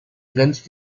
grenzt